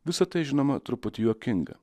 visa tai žinoma truputį juokinga